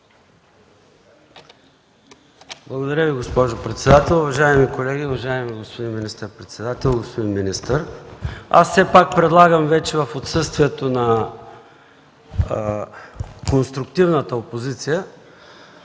Благодаря Ви, госпожо председател. Уважаеми колеги, уважаеми господин министър-председател, господин министър! Предлагам в отсъствието на „конструктивната опозиция”